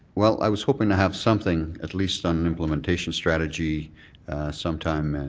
well, i was hoping to have something at least on an implementation strategy some time